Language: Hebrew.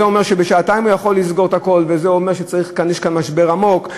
זה אומר שבשעתיים הוא יכול לסגור את הכול וזה אומר שיש כאן משבר עמוק.